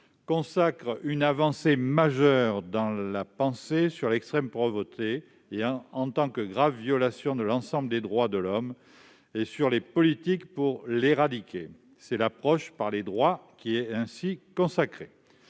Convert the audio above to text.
constituent une avancée majeure dans la pensée sur l'extrême pauvreté en tant que grave violation de l'ensemble des droits de l'homme et sur les politiques pour l'éradiquer, consacrant ainsi l'approche par les droits. Ces principes